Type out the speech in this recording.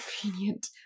convenient